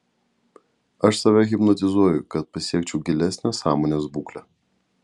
aš save hipnotizuoju kad pasiekčiau gilesnę sąmonės būklę